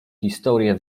historię